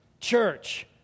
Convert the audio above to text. church